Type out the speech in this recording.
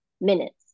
minutes